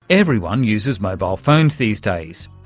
everyone uses mobile phones these days,